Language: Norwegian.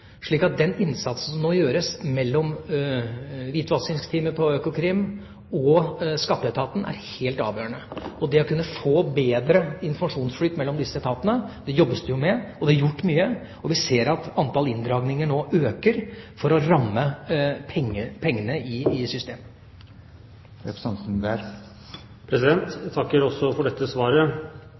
den innsatsen som nå gjøres mellom hvitvaskingsteamet i Økokrim og skatteetaten, er helt avgjørende. Det å kunne få bedre informasjonsflyt mellom disse etatene, jobbes det jo med. Det er gjort mye, og vi ser at antall inndragninger nå øker for å ramme pengene i systemet. Jeg takker også for dette svaret.